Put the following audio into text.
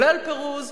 כולל פירוז,